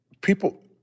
people